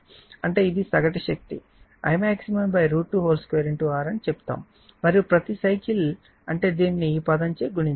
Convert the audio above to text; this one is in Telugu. అంటే ఇది సగటు శక్తి Imax√22 R అని చెప్తాను మరియు ప్రతి సైకిల్ అంటే దీనిని ఈ పదం చే గుణించాలి